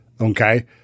Okay